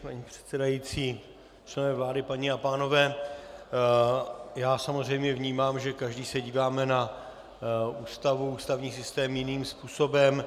Paní předsedající, členové vlády, paní a pánové, já samozřejmě vnímám, že každý se díváme na Ústavu, ústavní systém, jiným způsobem.